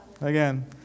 Again